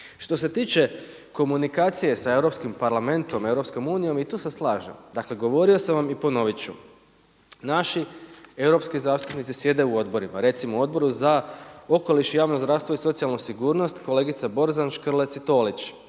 Što se tiče komunikacije s Europskim parlamentom, EU i tu se slažem, govorio sam i ponovit ću. Naši europski zastupnici sjede u odborima, recimo, Odboru za okoliš i javno zdravstvo i socijalnu sigurnost, kolegica Borzan, Škrlec i Tolić,